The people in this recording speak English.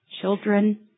children